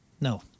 No